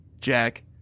Jack